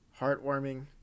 heartwarming